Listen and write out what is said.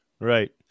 Right